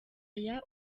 aya